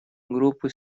группы